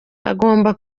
agomba